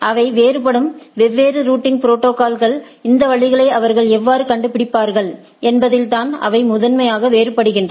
அவை வேறுபடும் வெவ்வேறு ரூட்டிங் ப்ரோடோகால்ஸ் இந்த வழிகளை அவர்கள் எவ்வாறு கண்டுபிடிப்பார்கள் என்பதில் தான் அவை முதன்மையாக வேறுபடுகின்றன